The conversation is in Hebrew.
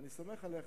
ואני סומך עליך,